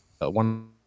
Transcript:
one